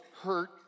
hurt